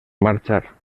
marxar